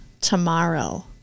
tomorrow